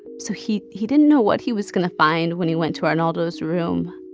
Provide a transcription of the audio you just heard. so he he didn't know what he was going to find when he went to arnaldo's room.